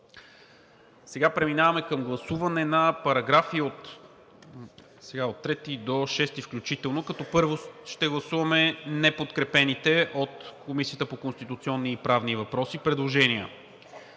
Преминаваме към гласуване на параграфи от 3 до 6 включително, като първо ще гласуваме неподкрепените от Комисията по конституционни и правни въпроси предложения.